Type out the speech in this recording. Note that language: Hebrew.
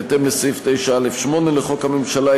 בהתאם לסעיף 9(א)(8) לחוק הממשלה,